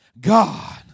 God